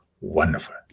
Wonderful